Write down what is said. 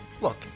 look